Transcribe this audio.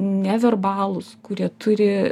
neverbalūs kurie turi